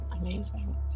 Amazing